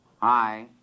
Hi